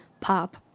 pop